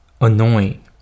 annoying